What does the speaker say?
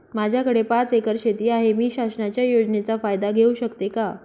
माझ्याकडे पाच एकर शेती आहे, मी शासनाच्या योजनेचा फायदा घेऊ शकते का?